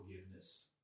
forgiveness